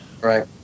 Right